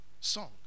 song